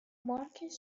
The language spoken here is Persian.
مارکش